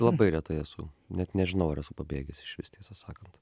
labai retai esu net nežinau ar esu pabėgęs išvis tiesą sakant